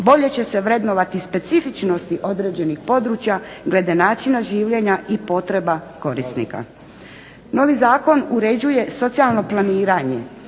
Bolje će se vrednovati specifičnosti određenih područja glede načina življenja i potreba korisnika. Novi zakon uređuje socijalno planiranje.